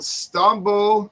stumble